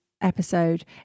episode